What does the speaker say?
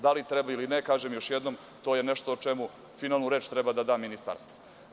Da li treba ili ne, kažem još jednom, to je nešto o čemu finalnu reč treba da da ministarstvo.